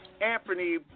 Anthony